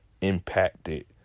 impacted